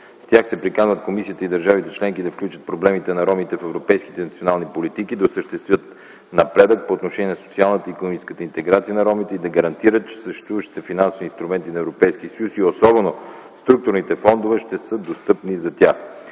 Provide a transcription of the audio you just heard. С тях се приканват комисията и държавите членки да включат проблемите на ромите в европейските национални политики, да осъществят напредък по отношение на социалната и икономическата интеграция на ромите и да гарантират, че съществуващите финансови инструменти на Европейския съюз и особено структурните фондове ще са достъпни за тях.